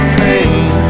pain